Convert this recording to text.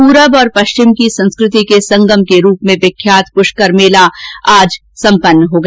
पूरब और पश्चिम की संस्कृति के संगम के रूप में विख्यात पुष्कर मेला आज सम्पन्न हो गया